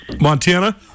Montana